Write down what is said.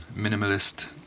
minimalist